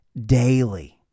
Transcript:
daily